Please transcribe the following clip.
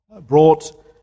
brought